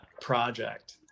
project